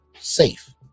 safe